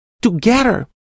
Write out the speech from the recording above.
together